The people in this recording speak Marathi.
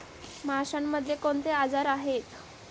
माशांमध्ये कोणते आजार आहेत?